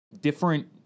different